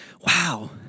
wow